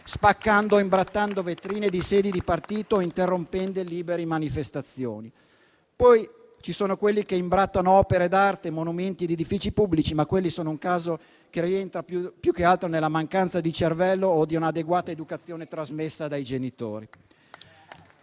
spaccando e imbrattando vetrine di sedi di partito, interrompendo libere manifestazioni. Poi ci sono quelli che imbrattano opere d'arte, monumenti ed edifici pubblici, ma quelli sono un caso che rientra, più che altro, nella mancanza di cervello o di una adeguata educazione trasmessa dai genitori.